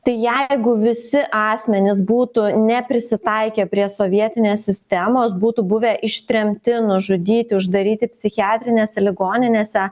tai jeigu visi asmenys būtų neprisitaikę prie sovietinės sistemos būtų buvę ištremti nužudyti uždaryti psichiatrinėse ligoninėse